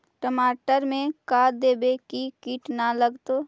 टमाटर में का देबै कि किट न लगतै?